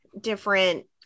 different